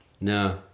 No